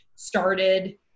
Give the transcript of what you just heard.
started